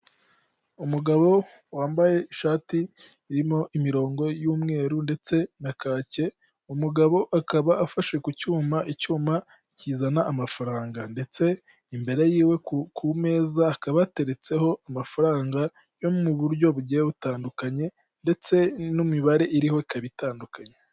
Umugabo wambaye ishati irimo imirongo y'umweru ndetse na kake, umugabo akaba afashe ku cyuma, icyuma kizana amafaranga, ndetse imbere y'iwe ku meza hakaba hateretseho amafaranga yo mu buryo bugiye butandukanye ndetse n'imibare iriho ikaba itandukanye.